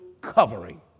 covering